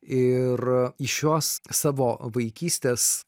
ir į šiuos savo vaikystės